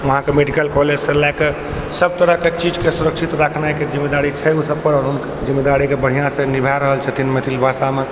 वहाँके medical college सँ लए कऽ सब तरह के चीज के सुरक्षित रखनाइ के जिम्मेदारी छै ओ सब पर और ओ जिम्मेदारी के बढ़िऑं सँ निभाए रहल छथिन मैथिल भाषा मे